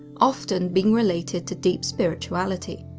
often being related to deep spirituality.